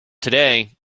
today